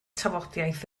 tafodiaith